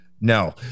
No